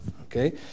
okay